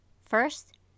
First